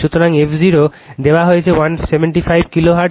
সুতরাং f0 দেওয়া হয়েছে 175 কিলো হার্টজ